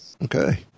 Okay